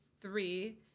three